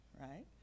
right